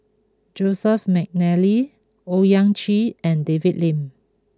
Joseph McNally Owyang Chi and David Lim